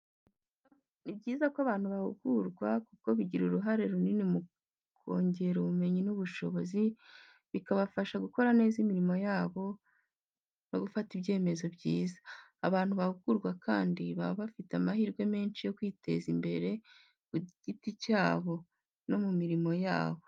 Ni byiza ko abantu bahugurwa kuko bigira uruhare runini mu kongera ubumenyi n’ubushobozi, bikabafasha gukora neza imirimo yabo no gufata ibyemezo byiza. Abantu bahugurwa kandi baba bafite amahirwe menshi yo kwiteza imbere ku giti cyabo, no mu mirimo yabo.